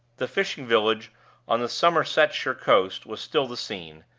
the fishing-village on the somersetshire coast was still the scene,